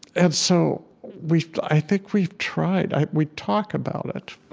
and so we i think we've tried i we talk about it.